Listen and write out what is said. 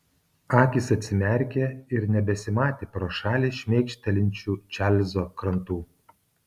akys atsimerkė ir nebesimatė pro šalį šmėkštelinčių čarlzo krantų